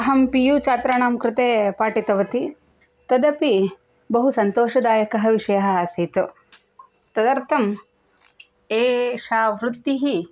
अहं P U छात्राणां कृते पाटितवती तदपि बहु सन्तोषदायकः विषयः आसीत् तदर्थम् एषा वृत्तिः